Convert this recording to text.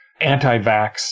anti-vax